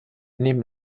neben